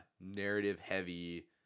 narrative-heavy